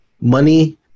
money